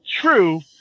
true